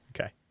okay